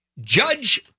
Judge